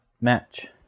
Match